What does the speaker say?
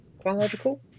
chronological